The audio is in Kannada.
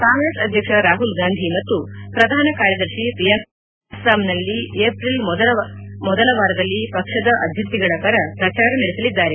ಕಾಂಗ್ರೆಸ್ ಅಧ್ವಕ್ಷ ರಾಹುಲ್ ಗಾಂಧಿ ಮತ್ತು ಪ್ರಧಾನ ಕಾರ್ಯದರ್ಶಿ ಪ್ರಿಯಾಂಕ ಗಾಂಧಿ ಅವರು ಅಸ್ಸಾಂನಲ್ಲಿ ಏಪ್ರಿಲ್ ಮೊದಲ ವಾರದಲ್ಲಿ ಪಕ್ಷದ ಅಭ್ಯರ್ಥಿಗಳ ಪರ ಪ್ರಚಾರ ನಡೆಸಲಿದ್ದಾರೆ